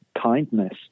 kindness